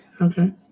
Okay